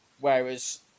Whereas